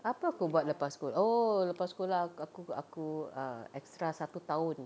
apa aku buat lepas school oh lepas sekolah ak~ aku aku err extra satu tahun